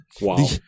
Wow